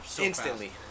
Instantly